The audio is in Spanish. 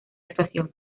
actuación